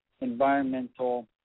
environmental